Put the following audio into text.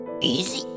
Easy